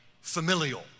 familial